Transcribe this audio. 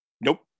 Nope